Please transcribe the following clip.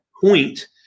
point